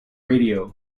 radio